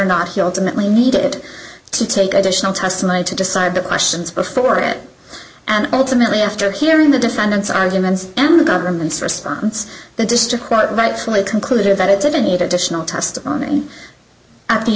not he ultimately needed to take additional testimony to decide the questions before it and ultimately after hearing the defendant's arguments and the government's response the district court rightfully concluded that it didn't need additional tests on and at the